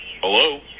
Hello